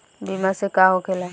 बीमा से का होखेला?